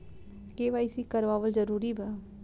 KYC करवावल जरूरी बा?